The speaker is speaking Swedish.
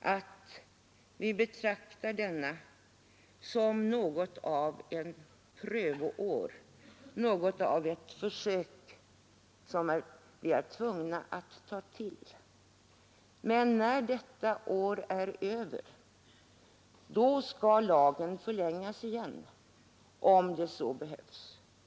att vi betraktar detta som ett försök som vi är tvungna att ta till. Men när prövoåret är över, då skall lagen förlängas, om så behövs.